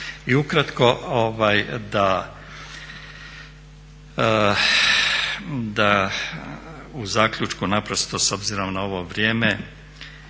I ukratko da u zaključku naprosto s obzirom na ovo vrijeme,